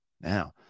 now